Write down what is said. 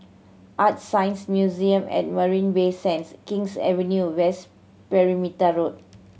ArtScience Museum at Marina Bay Sands King's Avenue West Perimeter Road